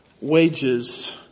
wages